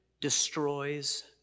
destroys